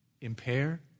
impair